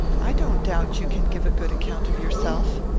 i don't doubt you can give a good account of yourself.